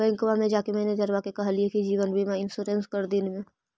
बैंकवा मे जाके मैनेजरवा के कहलिऐ कि जिवनबिमा इंश्योरेंस कर दिन ने?